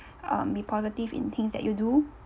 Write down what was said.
uh be positive in things that you do